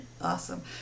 Awesome